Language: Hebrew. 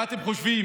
מה אתם חושבים,